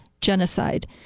genocide